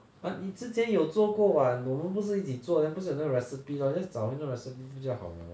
but 你之前有做过 [what] 我们不是一起做 then 不是有那个 lor then just 找那个 recipe 不就好了